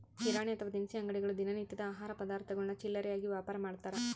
ಕಿರಾಣಿ ಅಥವಾ ದಿನಸಿ ಅಂಗಡಿಗಳು ದಿನ ನಿತ್ಯದ ಆಹಾರ ಪದಾರ್ಥಗುಳ್ನ ಚಿಲ್ಲರೆಯಾಗಿ ವ್ಯಾಪಾರಮಾಡ್ತಾರ